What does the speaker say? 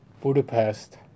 Budapest